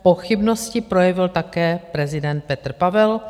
Pochybnosti projevil také prezident Petr Pavel.